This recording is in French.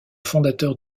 fondateur